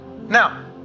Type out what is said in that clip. now